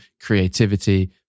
creativity